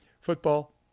football